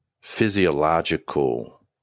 Physiological